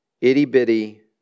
itty-bitty